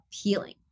appealing